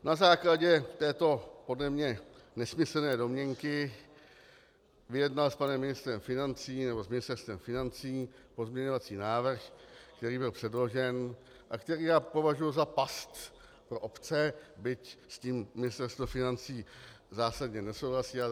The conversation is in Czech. Na základě této podle mě nesmyslné domněnky vyjednal s panem ministrem financí, nebo s Ministerstvem financí, pozměňovací návrh, který byl předložen a který já považuji za past pro obce, byť s tím Ministerstvo financí zásadně nesouhlasí.